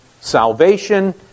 salvation